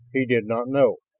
he did not know.